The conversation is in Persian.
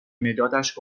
مدادش